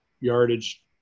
yardage